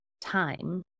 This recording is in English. time